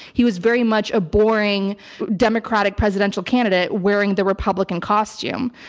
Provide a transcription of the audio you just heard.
he was very much a boring democratic presidential candidate wearing the republican costume.